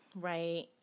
Right